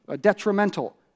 detrimental